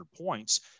points